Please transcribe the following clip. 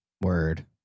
Word